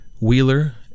Wheeler